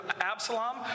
Absalom